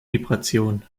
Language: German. vibration